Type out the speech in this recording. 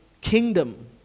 kingdom